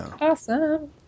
Awesome